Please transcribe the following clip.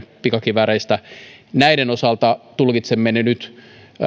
pikakivääreistä tulkitsemme nyt